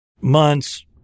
Months